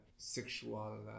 Sexual